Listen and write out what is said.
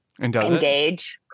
engage